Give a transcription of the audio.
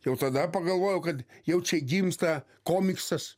jau tada pagalvojau kad jau čia gimsta komiksas